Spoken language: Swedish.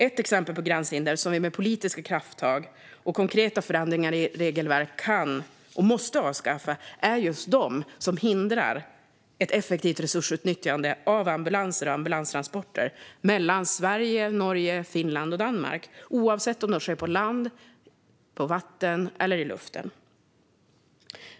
Ett exempel på gränshinder som vi med politiska krafttag och konkreta förändringar i regelverk kan och måste avskaffa är just de som hindrar ett effektivt resursutnyttjande av ambulanser och ambulanstransporter mellan Sverige, Norge, Finland och Danmark, oavsett om de sker på land, på vatten eller i luften.